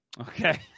Okay